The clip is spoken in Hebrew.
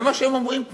זה מה שהם אומרים פה.